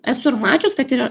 esu ir mačius kad yra